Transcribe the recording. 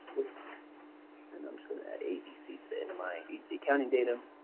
oops and i'm just going to add abc to the end of my agency accounting data.